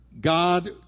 God